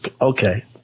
okay